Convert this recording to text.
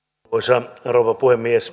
arvoisa rouva puhemies